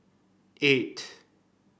eight